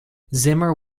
zimmer